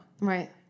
Right